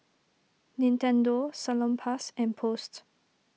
Nintendo Salonpas and Post